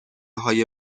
های